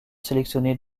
sélectionné